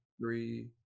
Three –